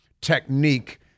technique